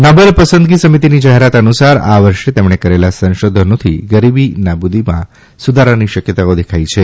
Nobel પસંદગી સમિતિની જાહેરાત અનુસાર આ વર્ષે તેમણે કરેલાં સંશોધનોથી ગરીબી નાબૂદીમાં સુધારાની શક્યતાઓ દેખાઇ છે